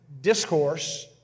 discourse